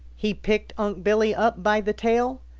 he picked unc' billy up by the tail,